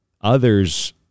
Others